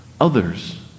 Others